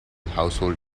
household